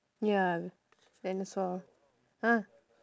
ya dinosaur !huh!